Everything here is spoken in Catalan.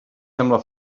sembla